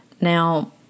Now